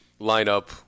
lineup